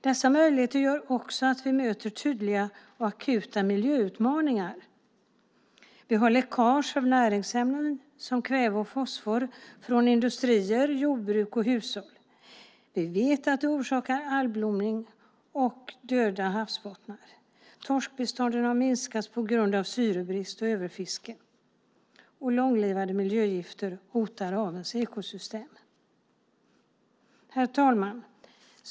Dessa möjligheter gör också att vi möter tydliga och akuta miljöutmaningar. Vi har läckage av näringsämnen som kväve och fosfor från industrier, jordbruk och hushåll. Vi vet att det orsakar algblomning och döda havsbottnar. Torskbestånden har minskat på grund av syrebrist och överfiske, och långlivade miljögifter hotar havens ekosystem. Herr talman!